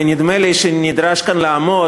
ונדמה לי שנדרש כאן לעמוד,